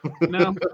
No